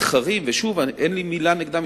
מתחרים, ושוב, אין לי מלה נגדם.